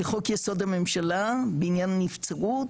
לחוק יסוד הממשלה בעניין הנבצרות,